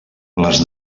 les